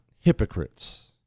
hypocrites